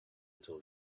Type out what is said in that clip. until